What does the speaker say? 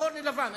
משחור ללבן,